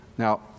Now